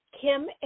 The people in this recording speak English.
kim